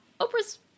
oprah's